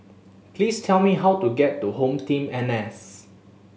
please tell me how to get to HomeTeam N S